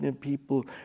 people